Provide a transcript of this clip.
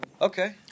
Okay